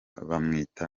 bamwita